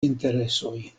interesoj